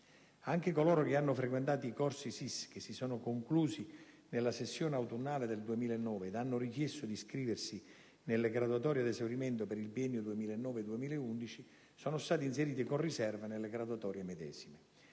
Anche coloro che hanno frequentato i corsi SSIS che si sono conclusi nella sessione autunnale del 2009 ed hanno chiesto di iscriversi nelle graduatorie ad esaurimento per il biennio 2009-2011 sono stati inseriti con riserva nelle graduatorie medesime.